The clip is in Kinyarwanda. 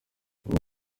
iyi